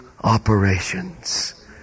operations